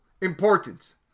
importance